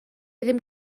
ddim